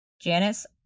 Janice